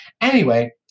anyway-